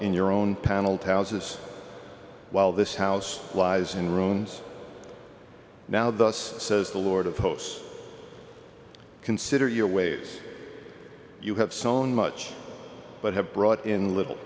in your own paneled houses while this house lies in rooms now thus says the lord of hosts consider your ways you have sown much but have brought in little